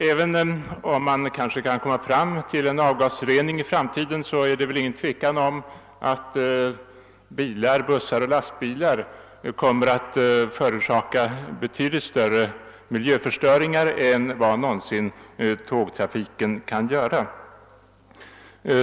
Även om man i framtiden kanske kan komma fram till en avgasrening råder väl ingen tvekan om att bilar och bussar kommer att förorsaka betydligt större miljöförstöring än vad någonsin tågtrafiken kan göra.